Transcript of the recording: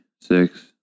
six